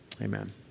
Amen